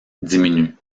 diminue